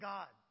God